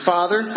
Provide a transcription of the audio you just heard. Father